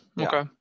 okay